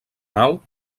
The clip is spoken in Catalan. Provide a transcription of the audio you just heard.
nau